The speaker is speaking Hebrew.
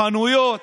חנויות